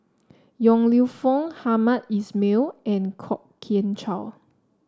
Yong Lew Foong Hamed Ismail and Kwok Kian Chow